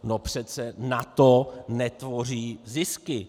No přece na to netvoří zisky.